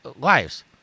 lives